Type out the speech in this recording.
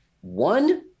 One